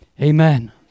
Amen